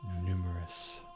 Numerous